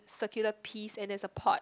circular peas and there's a pot